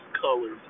colors